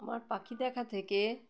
আমার পাখি দেখা থেকে